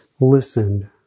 listened